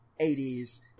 80s